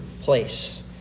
place